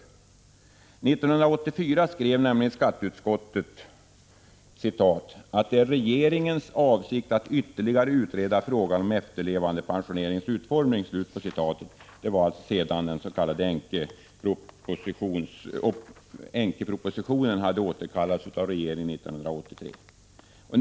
1984 skrev nämligen skatteutskottet att ”det är regeringens avsikt att ytterligare utreda frågan om efterlevandepensionens utformning”, sedan den s.k. änkepropositionen hade återkallats av regeringen hösten 1983.